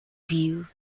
view